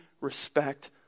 respect